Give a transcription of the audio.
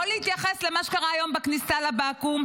לא להתייחס למה שקרה היום בכניסה לבקו"ם,